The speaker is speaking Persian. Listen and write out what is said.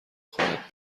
خواهید